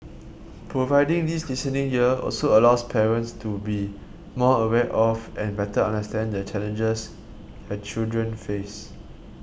providing this listening ear also allows parents to be more aware of and better understand the challenges their children face